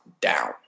down